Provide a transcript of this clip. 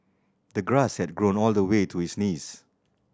the grass had grown all the way to his knees